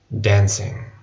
dancing